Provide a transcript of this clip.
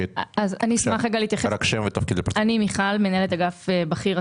אני מנהלת אגף בכיר,